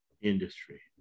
industry